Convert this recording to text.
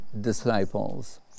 disciples